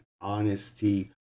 honesty